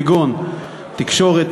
כגון תקשורת,